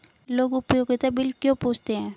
लोग उपयोगिता बिल क्यों पूछते हैं?